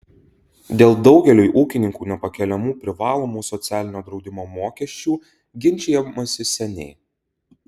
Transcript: dėl daugeliui ūkininkų nepakeliamų privalomų socialinio draudimo mokesčių ginčijamasi seniai